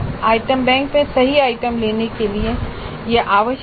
item bank से सही item लेने के लिए यह आवश्यक है